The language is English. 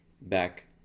back